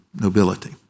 nobility